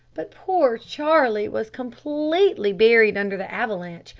but poor charlie was completely buried under the avalanche,